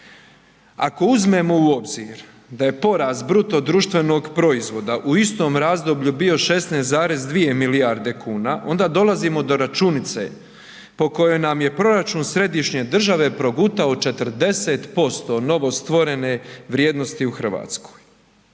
Ako uzmemo u obzir da je porast BDP-a u istom razdoblju bio 16,2 milijarde kuna onda dolazimo do računice po kojoj nam je proračun središnje države progutao 40% novostvorene vrijednosti u Hrvatskoj.